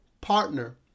partner